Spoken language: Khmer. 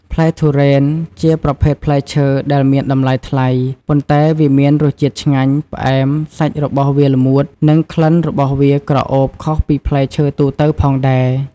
ផ្លែទុរេន ជាប្រភេទផ្លែឈើដែលមានតម្លៃថ្លៃ ប៉ុន្តែវាមានរសជាតិឆ្ងាញ់ ផ្អែម សាច់របស់វាល្មួត និងក្លិនរបស់វាក្រអូបខុសពីផ្លែឈើទូទៅផងដែរ។